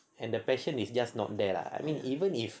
and the passion is just not there lah I mean even if